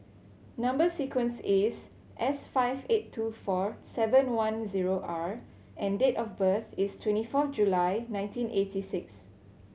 number sequence is S five eight two four seven one zero R and date of birth is twenty fourth July nineteen eighty six